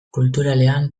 kulturalean